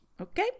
Okay